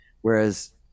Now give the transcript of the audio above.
Whereas